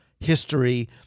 history